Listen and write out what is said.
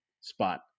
spot